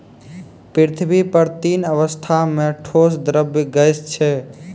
पृथ्वी पर तीन अवस्था म ठोस, द्रव्य, गैस छै